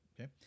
Okay